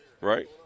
right